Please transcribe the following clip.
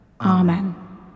Amen